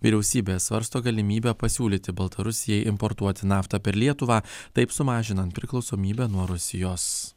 vyriausybė svarsto galimybę pasiūlyti baltarusijai importuoti naftą per lietuvą taip sumažinant priklausomybę nuo rusijos